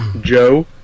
Joe